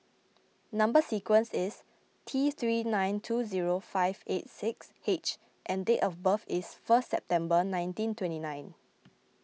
Number Sequence is T three nine two zero five eight six H and date of birth is first September nineteen twenty nine